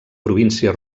província